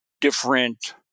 different